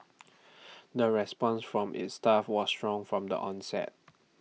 the response from its staff was strong from the onset